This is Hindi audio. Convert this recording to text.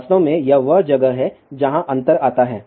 वास्तव में यह वह जगह है जहां अंतर आता है